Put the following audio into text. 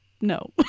no